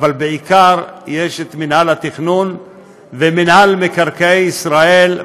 בעיקר יש מינהל התכנון ומינהל מקרקעי ישראל,